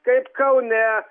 kaip kaune